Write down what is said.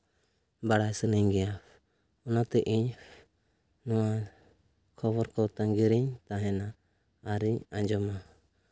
ᱵᱟᱲᱟᱭ ᱥᱟᱱᱟᱧ ᱜᱮᱭᱟ ᱚᱱᱟᱛᱮ ᱤᱧ ᱱᱚᱣᱟ ᱠᱷᱚᱵᱚᱨ ᱠᱚ ᱛᱟᱺᱜᱤᱨᱮᱧ ᱛᱟᱦᱮᱱᱟ ᱟᱹᱨᱤᱧ ᱟᱸᱡᱚᱢᱟ